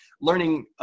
learning